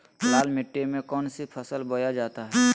लाल मिट्टी में कौन सी फसल बोया जाता हैं?